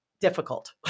difficult